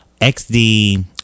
XD